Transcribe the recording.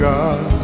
God